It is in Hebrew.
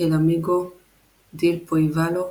"אל אמיגו דיל פואיבלו",